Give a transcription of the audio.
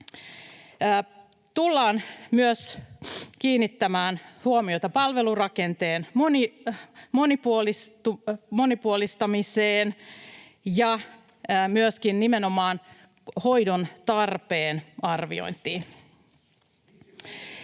Tullaan myös kiinnittämään huomiota palvelurakenteen monipuolistamiseen ja myöskin nimenomaan hoidon tarpeen arviointiin.